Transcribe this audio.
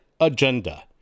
agenda